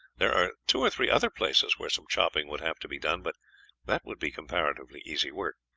there are two or three other places where some chopping would have to be done, but that would be comparatively easy work.